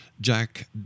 Jack